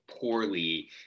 poorly